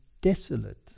desolate